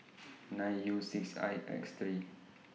nine U six I X three